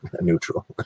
Neutral